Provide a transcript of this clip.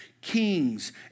kings